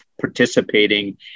participating